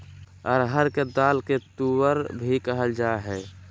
अरहर के दाल के तुअर भी कहल जाय हइ